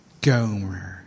Gomer